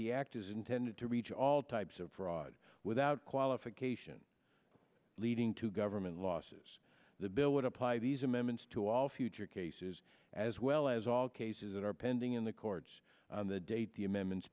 the act is intended to reach all types of fraud without qualification leading to government losses the bill would apply these amendments to all future cases as well as all cases that are pending in the courts on the date the amendments